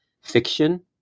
fiction